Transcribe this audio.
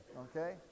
Okay